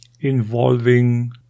involving